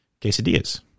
quesadillas